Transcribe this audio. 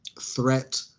threat